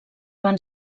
van